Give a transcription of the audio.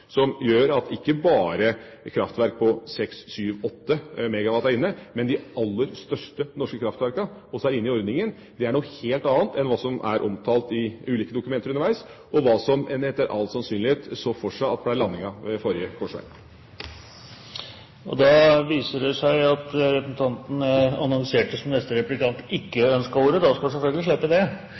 som gjør at ikke bare kraftverk på 6,7, 8 MW er inne i ordningen, men at de aller største norske kraftverkene også er inne, er noe helt annet enn hva som er omtalt i ulike dokumenter undervegs, og hva en etter all sannsynlighet så for seg ble landinga ved forrige korsveg. I Kvinesdal kommune er det